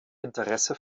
interesse